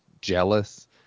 jealous